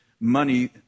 money